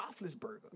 Roethlisberger